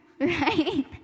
right